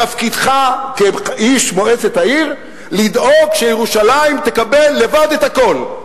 תפקידך כאיש מועצת העיר לדאוג שירושלים תקבל לבד את הכול,